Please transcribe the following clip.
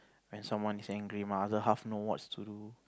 when someone is angry my other half know whats to do